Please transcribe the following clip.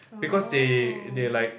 because they they like